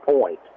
point